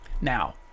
Now